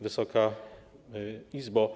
Wysoka Izbo!